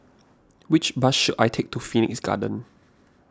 which bus should I take to Phoenix Garden